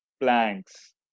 planks